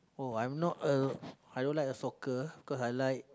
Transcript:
oh I'm not a I don't like a soccer because I like